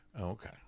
Okay